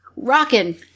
Rockin